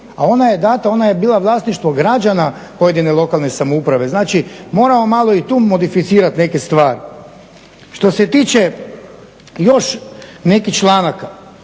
a ona je dana ona je bila vlasništvo građana pojedine lokalne samouprave. Znači moramo malo i tu modificirati neke stvari. Što se tiče još nekih članaka,